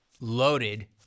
loaded